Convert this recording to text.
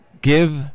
give